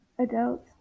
adults